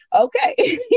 Okay